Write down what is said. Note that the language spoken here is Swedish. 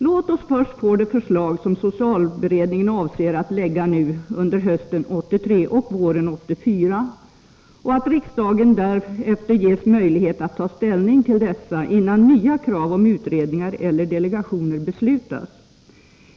Låt oss avvakta de förslag som socialberedningen avser att lägga fram under hösten 1983 och våren 1984 och riksdagens ställningstagande till dessa, innan vi beslutar om nya krav på utredningar eller delegationer!